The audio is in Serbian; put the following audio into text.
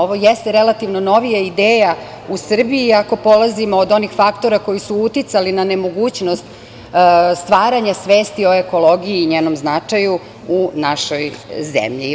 Ovo jeste relativno novija ideja u Srbiji, ako polazimo od onih faktora koji su uticali na nemogućnost stvaranja svesti o ekologiji i njenom značaju u našoj zemlji.